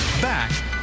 back